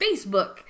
Facebook